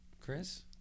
Chris